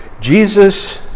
Jesus